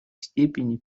степени